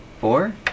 Four